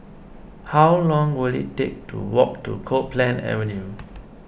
how long will it take to walk to Copeland Avenue